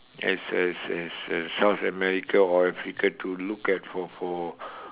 as as as as south america or africa to look at for for